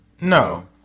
No